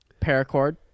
Paracord